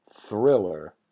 thriller